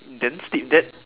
then sleep that